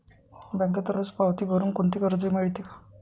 बँकेत रोज पावती भरुन कोणते कर्ज मिळते का?